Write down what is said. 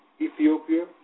Ethiopia